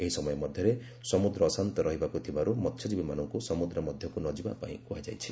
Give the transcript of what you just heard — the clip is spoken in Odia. ଏହି ସମୟ ମଧ୍ୟରେ ସମୁଦ୍ର ଅଶାନ୍ତ ରହିବାକୁ ଥିବାରୁ ମହ୍ୟଜୀବୀମାନଙ୍କୁ ସମୁଦ୍ର ମଧ୍ୟକୁ ନଯିବା ପାଇଁ କୁହାଯାଇଛି